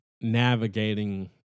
navigating